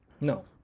No